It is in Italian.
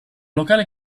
locale